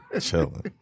chilling